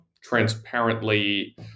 transparently